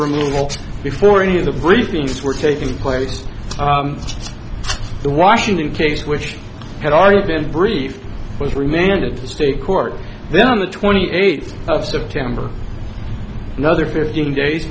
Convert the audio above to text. removal before any of the briefings were taking place the washington case which had already been briefed was remanded to state court then on the twenty eighth of september another fifteen days